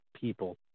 people